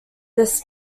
this